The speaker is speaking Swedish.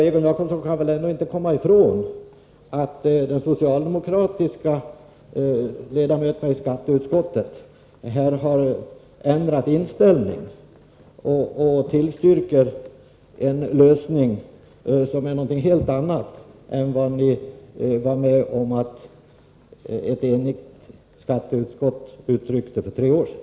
Egon Jacobsson kan väl ändå inte komma ifrån att de socialdemokratiska ledamöterna i skatteutskottet har ändrat inställning och nu tillstyrker en lösning som är något helt annat än vad ett enigt skatteutskott uttryckte för tre år sedan.